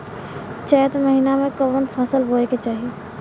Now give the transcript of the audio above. चैत महीना में कवन फशल बोए के चाही?